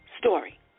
story